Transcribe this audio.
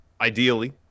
ideally